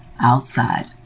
outside